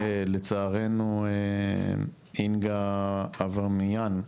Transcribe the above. לצערנו, אינגה אברמיאן,